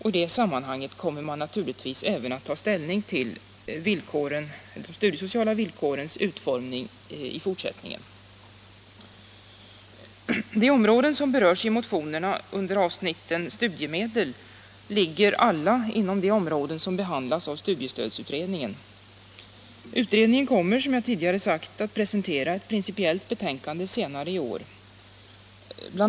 I det sammanhanget kommer man naturligtvis även att ta ställning till de studiesociala villkorens utformning i fortsättningen. De områden som berörs i motionerna under avsnittet studiemedel ligger alla inom det avsnitt som behandlas av studiestödsutredningen. Utredningen kommer, som jag tidigare sagt, att presentera ett principiellt betänkande senare i år. Bl.